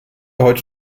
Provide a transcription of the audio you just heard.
heute